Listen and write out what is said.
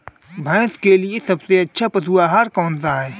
भैंस के लिए सबसे अच्छा पशु आहार कौनसा है?